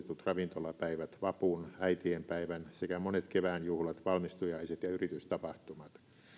ravintolapäivät vapun ja äitienpäivän sekä monet kevään juhlat valmistujaiset ja yritystapahtumat